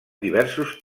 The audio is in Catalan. diversos